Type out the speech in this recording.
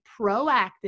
proactive